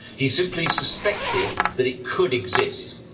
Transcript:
he simply suspected that it could exist.